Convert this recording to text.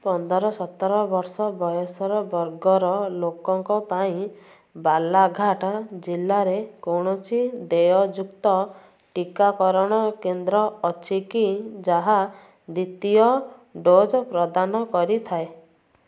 ପନ୍ଦର ସତର ବୟସ ବର୍ଗର ଲୋକଙ୍କ ପାଇଁ ବାଲାଘାଟ ଜିଲ୍ଲାରେ କୌଣସି ଦେୟଯୁକ୍ତ ଟିକାକରଣ କେନ୍ଦ୍ର ଅଛି କି ଯାହା ଦ୍ୱିତୀୟ ଡୋଜ୍ ପ୍ରଦାନ କରିଥାଏ